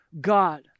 God